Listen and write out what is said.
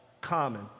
common